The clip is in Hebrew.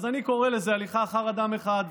אז אני קורא לזה הליכה אחר אדם אחד.